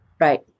Right